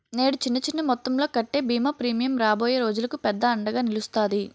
నేడు చిన్న చిన్న మొత్తంలో కట్టే బీమా ప్రీమియం రాబోయే రోజులకు పెద్ద అండగా నిలుస్తాది